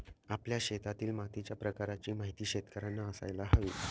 आपल्या शेतातील मातीच्या प्रकाराची माहिती शेतकर्यांना असायला हवी